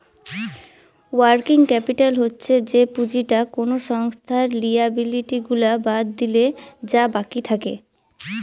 working capital হচ্ছে যে পুঁজিটা কোনো সংস্থার লিয়াবিলিটি গুলা বাদ দিলে যা বাকি থাকে